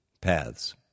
paths